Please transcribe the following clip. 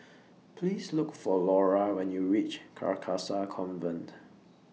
Please Look For Laura when YOU REACH Carcasa Convent